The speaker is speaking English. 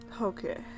Okay